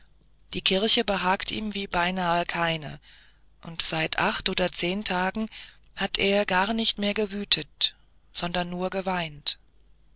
die kirche behagt ihm wie beinahe keine und seit acht oder zehn tagen hat er gar nicht mehr gewütet sondern nur geweint